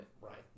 Right